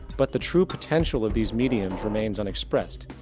but the true potential of these mediums remains unexpressed.